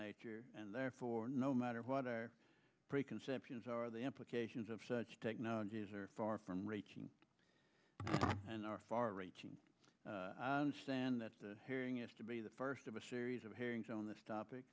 nature and therefore no matter what our preconceptions are the implications of such technologies are far from reaching and are far reaching and stand at the hearing is to be the first of a series of hearings on this topic